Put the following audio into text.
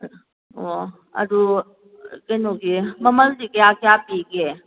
ꯑꯣ ꯑꯗꯨ ꯀꯩꯅꯣꯒꯤ ꯃꯃꯜꯗꯤ ꯀꯌꯥ ꯀꯌꯥ ꯄꯤꯒꯦ